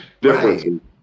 difference